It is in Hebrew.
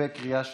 בקריאה שנייה.